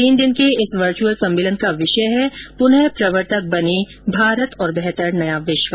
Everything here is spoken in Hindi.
तीन दिन के इस वर्चुअल सम्मेलन का विषय है पुनः प्रवर्तक बनें भारत और बेहतर नया विश्व